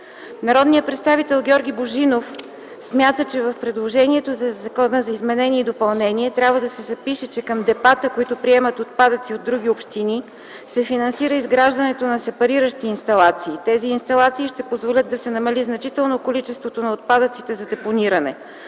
Народният представител Георги Божинов смята, че в предложението на закона за изменение и допълнение трябва да се запише, че към депата, които приемат отпадъци от други общини, се финансира изграждането на сепариращи инсталации. Тези инсталации ще позволят да се намали значително количеството на отпадъците за депониране.